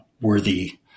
worthy